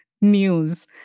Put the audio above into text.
news